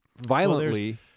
violently